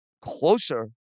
closer